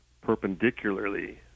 perpendicularly